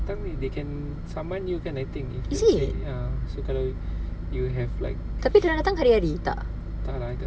is it tapi dia orang datang hari-hari tak